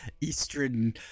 Eastern